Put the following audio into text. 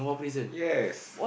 yes